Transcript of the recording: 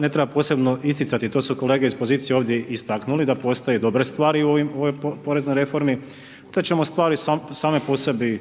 ne treba posebno isticati, to su kolege iz pozicije ovdje istaknuli da postoje dobre stvari u ovoj poreznoj reformi, te ćemo stvari same po sebi